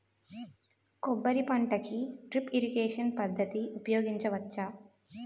కొబ్బరి పంట కి డ్రిప్ ఇరిగేషన్ పద్ధతి ఉపయగించవచ్చా?